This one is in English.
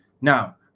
Now